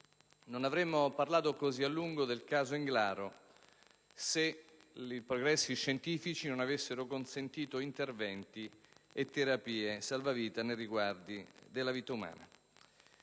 Non avremmo parlato così a lungo del caso Englaro se i progressi scientifici non avessero consentito interventi e terapie salvavita nei riguardi della vita umana.